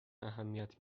اهمیت